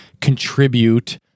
contribute